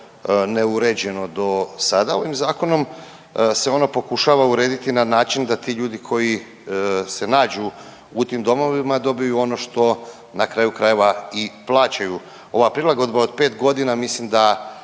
neuređeno do sada. Ovo zakonom se ono pokušava urediti na način da ti ljudi koji se nađu u tim domovima dobiju ono što na kraju krajeva i plaćaju. Ova prilagodba od 5 godina mislim da